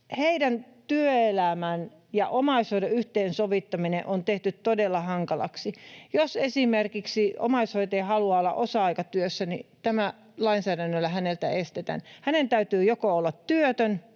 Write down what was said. heidän työelämän ja omaishoidon yhteensovittaminen on tehty todella hankalaksi. Jos esimerkiksi omaishoitaja haluaa olla osa-aikatyössä, tämä lainsäädännöllä häneltä estetään. Hänen täytyy joko olla työtön